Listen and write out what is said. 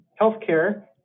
healthcare